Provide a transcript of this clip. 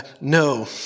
No